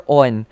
on